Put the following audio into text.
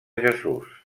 jesús